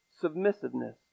submissiveness